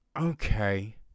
okay